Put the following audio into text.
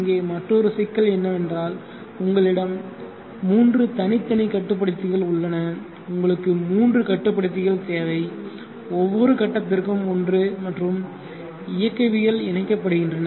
இங்கே மற்றொரு சிக்கல் என்னவென்றால் உங்களிடம் 3 தனித்தனி கட்டுப்படுத்திகள் உள்ளன உங்களுக்கு 3 கட்டுப்படுத்திகள் தேவை ஒவ்வொரு கட்டத்திற்கும் ஒன்று மற்றும் இயக்கவியல் இணைக்கப்படுகின்றன